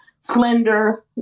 slender